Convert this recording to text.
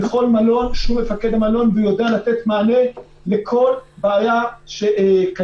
שהוא מפקד המלון והוא יודע לתת מענה לכל בעיה שקיימת.